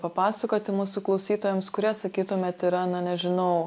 papasakoti mūsų klausytojams kurie sakytumėt yra na nežinau